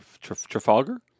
Trafalgar